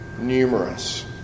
numerous